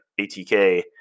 ATK